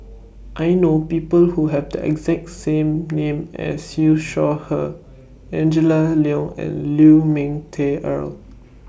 I know People Who Have The exact name as Siew Shaw Her Angela Liong and Lu Ming Teh Earl